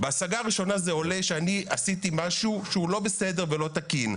בהשגה הראשונה זה עולה שאני עשיתי משהו שהוא לא בסדר ולא תקין.